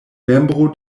membro